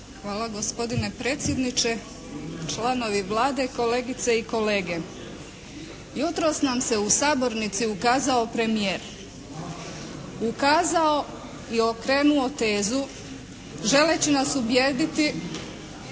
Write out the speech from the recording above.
Hvala gospodine predsjedniče, članovi Vlade, kolegice i kolege. Jutros nam se u sabornici ukazao premijer. Ukazao i okrenuo tezu želeći nas ubijediti